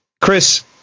Chris